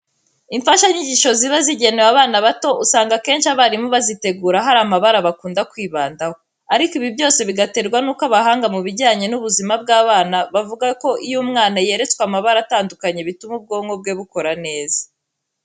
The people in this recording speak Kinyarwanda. Imfashanyigisho ziba zigenewe abana bato, usanga akenshi abarimu bazitegura hari amabara bakunda kwibandaho, ariko ibi byose bigaterwa nuko abahanga mu bijyanye n'ubuzima bw'abana bavuga ko iyo umwana yeretswe amabara atandukanye bituma ubwonko bwe bukora neza.